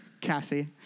Cassie